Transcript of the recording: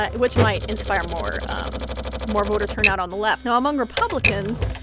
ah which might inspire more um more voter turnout on the left. now, among republicans,